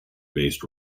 based